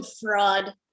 fraud